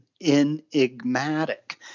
enigmatic